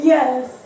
Yes